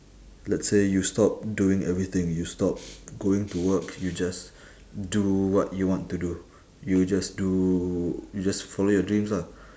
let's say you stop doing everything you stop going to work you just do what you want to do you just do you just follow your dreams ah